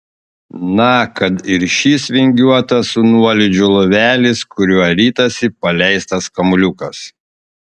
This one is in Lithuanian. na kad ir šis vingiuotas su nuolydžiu lovelis kuriuo ritasi paleistas kamuoliukas